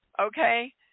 Okay